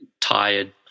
tired